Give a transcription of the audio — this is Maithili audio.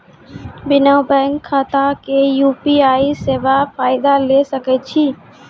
बिना बैंक खाताक यु.पी.आई सेवाक फायदा ले सकै छी?